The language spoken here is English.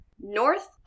north